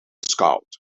scout